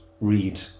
read